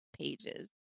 pages